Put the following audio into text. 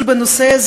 זלזול בנושא,